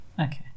Okay